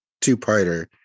two-parter